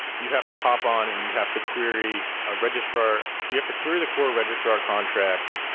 you have to hop on and you have to query a registrar you have to query the core registrar contract,